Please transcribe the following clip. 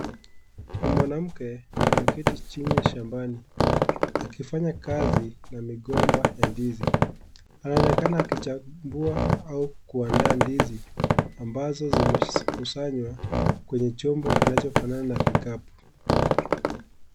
Ni mwanamke ameketi chini shambani akifanya kazi na migomba ya ndizi, anaonekana akichambua au kuandaa ndizi ambazo zimekusanywa kwenye chombo kinachofanana na kikapu.